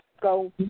go